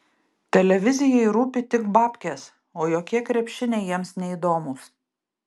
televizijai rūpi tik babkės o jokie krepšiniai jiems neįdomūs